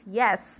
yes